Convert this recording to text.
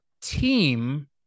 team